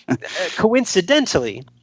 Coincidentally